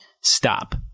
stop